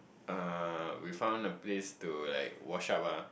uh we found a place to like wash up ah